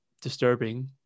disturbing